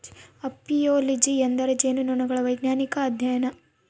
apiology ಎಂದರೆ ಜೇನುನೊಣಗಳ ವೈಜ್ಞಾನಿಕ ಅಧ್ಯಯನ